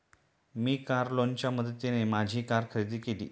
मी car लोनच्या मदतीने माझी कार खरेदी केली